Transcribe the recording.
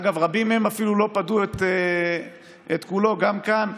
אגב, רבים מהם אפילו לא פדו את כולו, גם כאן,